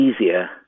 easier